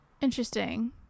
Interesting